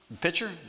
pitcher